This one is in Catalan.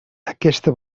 aquesta